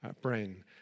brain